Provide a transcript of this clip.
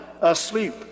asleep